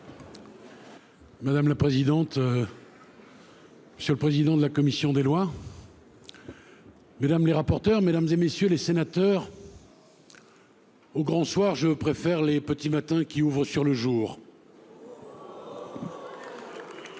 Madame la présidente, monsieur le président de la commission des lois, mesdames les rapporteures, mesdames, messieurs les sénateurs, au grand soir, je préfère les petits matins qui ouvrent sur le jour.